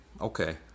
okay